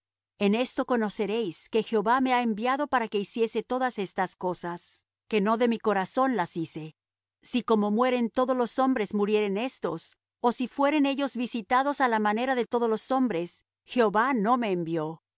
en esto conoceréis que jehová me ha enviado para que hiciese todas estas cosas que no de mi corazón las hice si como mueren todos los hombres murieren éstos ó si fueren ellos visitados á la manera de todos los hombres jehová no me envió mas